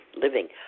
living